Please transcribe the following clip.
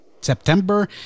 September